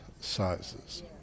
sizes